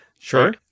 Sure